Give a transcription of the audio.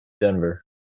Denver